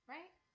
Right